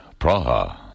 Praha